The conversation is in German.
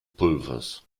pulvers